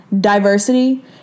diversity